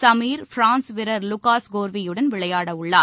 Sameer France வீரர் Lucas Corvee யுடன் விளையாட உள்ளார்